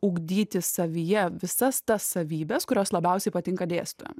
ugdyti savyje visas tas savybes kurios labiausiai patinka dėstytojam